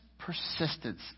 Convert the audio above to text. persistence